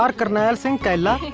but karnail singh kaila.